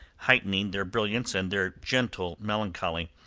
heightening their brilliance and their gentle melancholy.